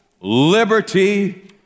liberty